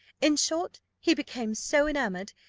in short, he became so enamoured,